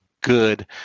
good